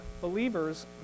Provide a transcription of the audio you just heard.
believers